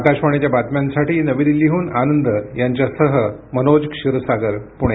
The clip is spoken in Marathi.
आकाशवाणीच्या बातम्यांसाठी नवी दिल्लीहून आनंद यांच्यासह मनोज क्षीरसागर पुणे